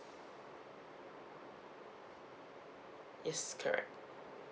yes correct